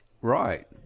Right